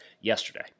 yesterday